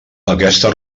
aquesta